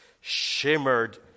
shimmered